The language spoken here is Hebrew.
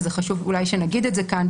וזה חשוב אולי שנגיד את זה כאן,